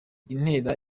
intera